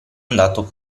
andato